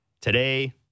Today